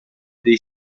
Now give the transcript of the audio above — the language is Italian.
dei